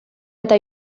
eta